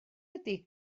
ydy